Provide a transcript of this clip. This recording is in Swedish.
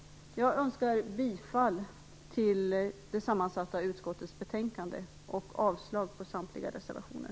Jag yrkar bifall till hemställan i det sammansatta utrikes och försvarsutskottets betänkande samt avslag på samtliga reservationer.